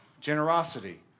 generosity